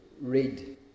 read